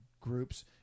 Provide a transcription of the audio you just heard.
groups